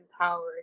empowered